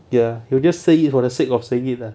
ya he'll just say it for the sake of saying it lah